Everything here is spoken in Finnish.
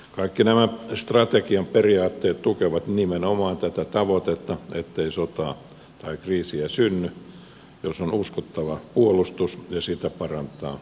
kaikki nämä strategian periaatteet tukevat nimenomaan tätä tavoitetta ettei sotaa tai kriisiä synny jos on uskottava puolustus ja sitä parantaa liittoutuneisuus